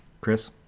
Chris